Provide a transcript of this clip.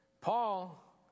Paul